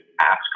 ask